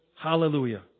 Hallelujah